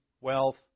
wealth